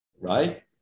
right